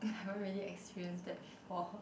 I haven't really experienced that before